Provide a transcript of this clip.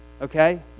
Okay